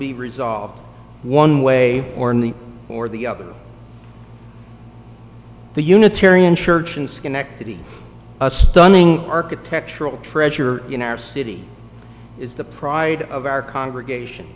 be resolved one way or in the or the other the unitarian church in schenectady a stunning architectural treasure in our city is the pride of our congregation